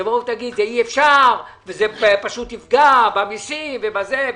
תבואו ותגידו שאי-אפשר, שזה יפגע במיסים וישקרו.